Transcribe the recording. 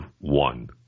one